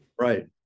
Right